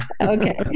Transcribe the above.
Okay